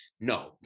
No